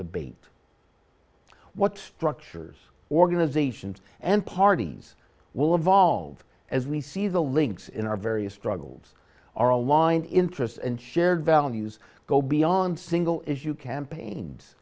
debate what structures organizations and parties will evolve as we see the links in our various struggles are aligned interests and shared values go beyond single issue campaigns